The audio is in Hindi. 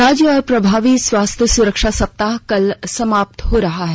राज्य में प्रभावी स्वास्थ्य सुरक्षा सप्ताह कल समाप्त हो रहा है